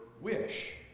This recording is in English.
wish